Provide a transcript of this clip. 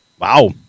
Wow